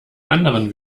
anderen